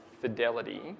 fidelity